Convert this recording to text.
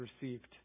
received